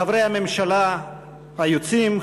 חברי הממשלה היוצאים,